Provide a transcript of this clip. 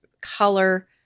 color